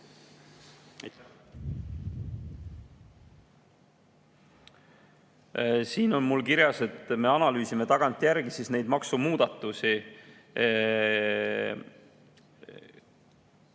Siin on mul kirjas, et me analüüsime tagantjärgi neid maksumuudatusi,